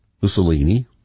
Mussolini